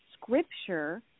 scripture